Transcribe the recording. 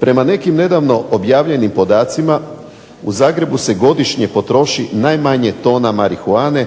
Prema nekim nedavno objavljenim podacima u Zagrebu se godišnje potroši najmanje tona marihuane,